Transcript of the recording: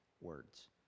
words